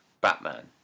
Batman